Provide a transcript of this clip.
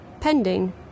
pending